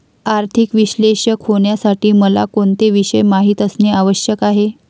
आर्थिक विश्लेषक होण्यासाठी मला कोणते विषय माहित असणे आवश्यक आहे?